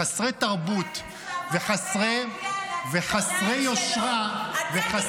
חסרי תרבות וחסרי יושרה -- וואי,